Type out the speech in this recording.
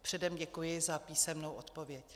Předem děkuji za písemnou odpověď.